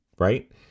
Right